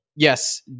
Yes